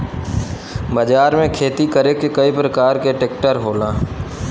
बाजार में खेती करे के कई परकार के ट्रेक्टर होला